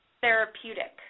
therapeutic